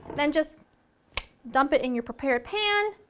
then just dump it in your prepared pan,